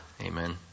Amen